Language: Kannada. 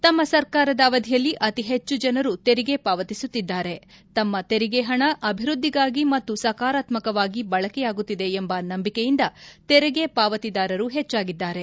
ತಮ್ಮ ಸರ್ಕಾರದ ಅವಧಿಯಲ್ಲಿ ಅತಿ ಹೆಚ್ಚು ಜನರು ತೆರಿಗೆ ಪಾವತಿಸುತ್ತಿದ್ದಾರೆ ತಮ್ಮ ತೆರಿಗೆ ಹಣ ಅಭಿವೃದ್ದಿಗಾಗಿ ಮತ್ತು ಸಕಾರಾತ್ಮಕವಾಗಿ ಬಳಕೆಯಾಗುತ್ತದೆ ಎಂಬ ನಂಬಿಕೆಯಿಂದ ತೆರಿಗೆ ಪಾವತಿದಾರರು ಹೆಚ್ಚಾಗಿದ್ದಾರೆ